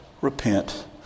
repent